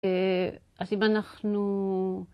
‫אהההה...אז אם אנחנו...